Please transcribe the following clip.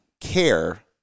care